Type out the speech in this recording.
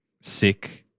sick